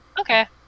Okay